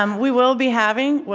um we will be having,